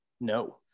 no